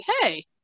hey